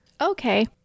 Okay